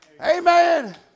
Amen